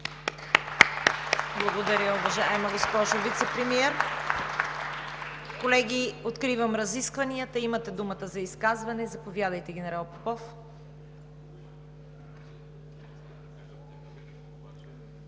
Благодаря, уважаема госпожо Вицепремиер. Колеги, откривам разискванията. Имате думата за изказвания. Заповядайте, генерал Попов.